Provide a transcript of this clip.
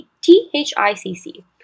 T-H-I-C-C